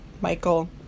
Michael